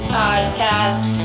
podcast